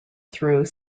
through